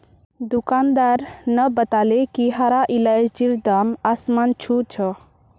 दुकानदार न बताले कि हरा इलायचीर दाम आसमान छू छ